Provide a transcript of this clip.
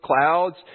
clouds